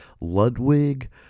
Ludwig